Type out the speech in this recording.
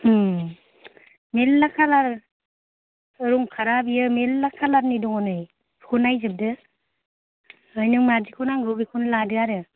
मेरला खालार रं खारा बेयो मेरला खालारनि दं नैबेखौ नायदो नै ओमफ्राय नों मादिखौ नांगौ बेखौनो लादो आरो